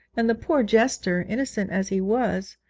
and the poor jester, innocent as he was,